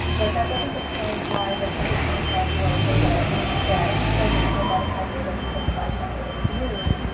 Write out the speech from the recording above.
but that doesn't explain why that ten to twenty five year old data that doesn't contain body cam data because the body cam data is new,